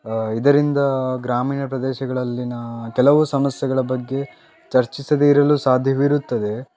ಇದರಿಂದ ಗ್ರಾಮೀಣ ಪ್ರದೇಶಗಳಲ್ಲಿನ ಕೆಲವು ಸಮಸ್ಯೆಗಳ ಬಗ್ಗೆ ಚರ್ಚಿಸದೇ ಇರಲು ಸಾಧ್ಯವಿರುತ್ತದೆ